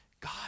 God